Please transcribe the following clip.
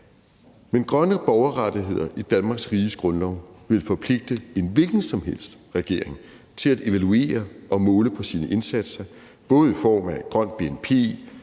Grønne borgerrettigheder i Danmarks Riges Grundlov ville forpligte en hvilken som helst regering til at evaluere og måle på sine indsatser, både i form af et grønt bnp,